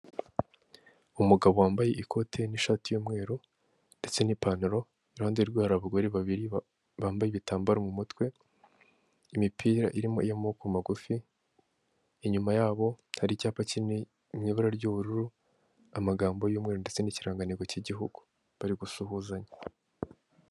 Umugabo wambaye ikote n'ishati y'umweru ndetse n'ipantaro, iruhande rwe hari abagore babiri bambaye ibitambaro mu mutwe, imipira irimo y'amoboko magufi, inyuma yabo hari icyapa kiri mu ibara ry'ubururu, amagambo y'umweru ndetse n'ikirangango cy'igihugu, bari gusuhuzanya.